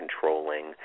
controlling